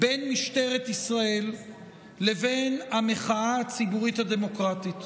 בין משטרת ישראל לבין המחאה הציבורית הדמוקרטית.